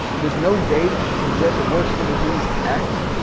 there's no data to suggest it works for disease x,